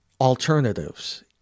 alternatives